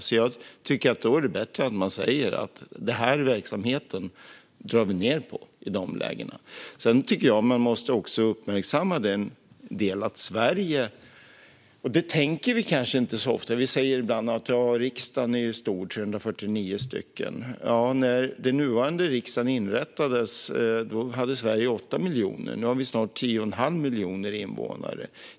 Då tycker jag att det är bättre att man säger att den här verksamheten drar vi ned på i de lägena. Jag tycker att man också måste uppmärksamma en del som vi inte tänker på så ofta. Vi säger att riksdagen är stor med sina 349 ledamöter. När den nuvarande riksdagen inrättades hade Sverige 8 miljoner invånare. Nu har vi snart 10 1⁄2 miljon.